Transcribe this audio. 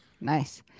Nice